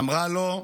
אמרה לו: